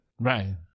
Right